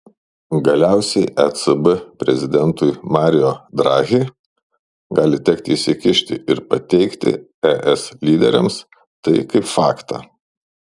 galiausiai ecb prezidentui mario draghi gali tekti įsikišti ir pateikti es lyderiams tai kaip faktą